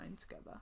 together